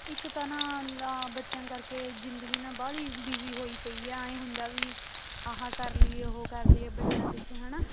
ਇੱਕ ਤਾਂ ਨਾ ਲਾ ਬੱਚਿਆਂ ਕਰਕੇ ਜ਼ਿੰਦਗੀ ਨਾਲ ਬਾਹਲੀ ਬਿਜ਼ੀ ਹੋਈ ਪਈ ਆ ਐਂ ਹੁੰਦਾ ਵੀ ਇਹ ਕਰ ਲਈਏ ਉਹ ਕਰ ਲਈਏ ਬੱਚਿਆਂ ਪਿੱਛੇ ਹੈ ਨਾ